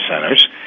centers